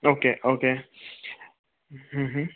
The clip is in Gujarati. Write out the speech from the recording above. okay okay hmm hmm